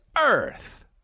earth